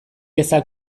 ezak